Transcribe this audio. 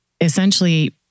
essentially